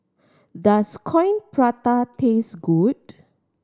does Coin Prata taste good